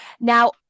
Now